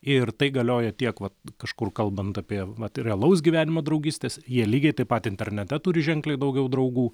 ir tai galioja tiek vat kažkur kalbant apie vat realaus gyvenimo draugystes jie lygiai taip pat internete turi ženkliai daugiau draugų